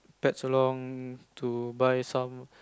pets along to buy some